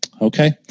Okay